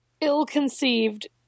ill-conceived